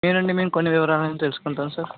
మీ నుండి మేము కొన్ని వివరాలను తెలుసుకుంటాము సార్